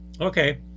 Okay